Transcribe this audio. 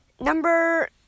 Number